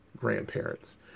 grandparents